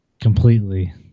Completely